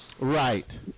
Right